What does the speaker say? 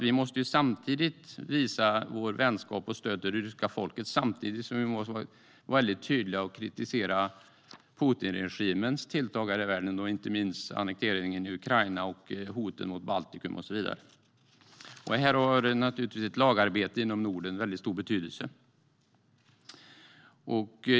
Vi måste visa vår vänskap och vårt stöd till det ryska folket samtidigt som vi måste vara väldigt tydliga och kritisera Putinregimens tilltag här i världen, inte minst annekteringen av Ukraina, hoten mot Baltikum och så vidare. Här har naturligtvis ett lagarbete inom Norden en väldigt stor betydelse.